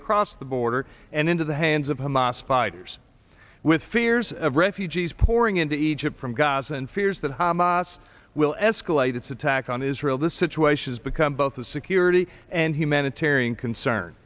across the border and into the hands of hamas fighters with fears of refugees pouring into egypt from gaza and fears that hamas will escalate its attack on israel the situation has become both a security and humanitarian concern